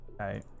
Okay